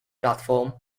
platform